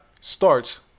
starts